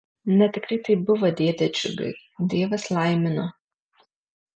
na tikrai taip buvo dėde džiugai dievas laimino